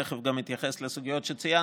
תכף גם אתייחס לסוגיות שציינת,